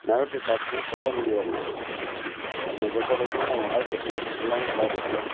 negative தாட்ஸூமே சொல்ல முடியாது இந்த ப என்னை பொறுத்த வரையிலயுமே வால்க்ரோ ஷூ வந்து எல்லாமே பாஸிட்டிவ் தான்